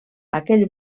aquell